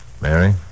Mary